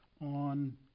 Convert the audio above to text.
on